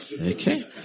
okay